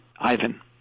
Ivan